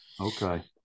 Okay